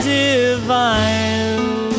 divine